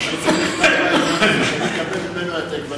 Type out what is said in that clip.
שיוציא מכתב בעניין ושאני אקבל ממנו העתק.